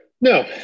No